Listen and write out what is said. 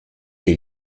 les